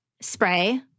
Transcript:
spray